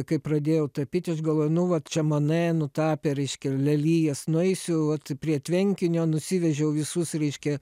kai pradėjau tapyti aš galvoju nu vat čia mane nutapė reiškia lelijas nueisiu vat prie tvenkinio nusivežiau visus reiškia